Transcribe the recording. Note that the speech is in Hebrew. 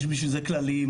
יש בשביל זה כללים,